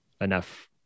enough